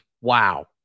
wow